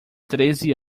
treze